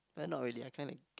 not really I kind like